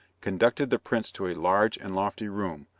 conducted the prince to a large and lofty room,